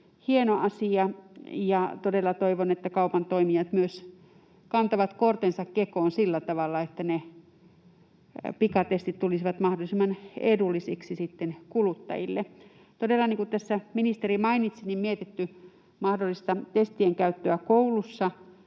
hieno asia, ja todella toivon, että myös kaupan toimijat kantavat kortensa kekoon sillä tavalla, että ne pikatestit tulisivat mahdollisimman edullisiksi sitten kuluttajille. Todella, niin kuin tässä ministeri mainitsi, on mietitty mahdollista testien käyttöä kouluissa.